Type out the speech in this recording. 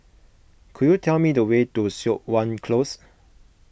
could you tell me the way to Siok Wan Close